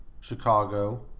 Chicago